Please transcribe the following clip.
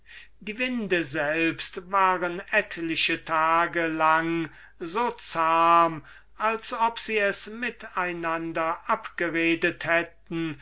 die winde selbst waren etliche tage lang so zahm als ob sie es mit einander abgeredet hätten